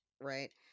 right